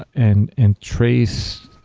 and and trace